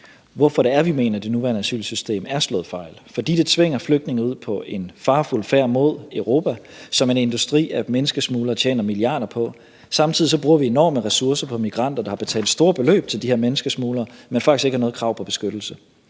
hvorfor vi mener, at det nuværende asylsystem er slået fejl: fordi det tvinger flygtninge ud på en farefuld færd mod Europa, som en industri af menneskesmuglere tjener milliarder på. Samtidig bruger vi enorme ressourcer på migranter, der har betalt store beløb til de her menneskesmuglere, men faktisk ikke har noget krav på beskyttelse.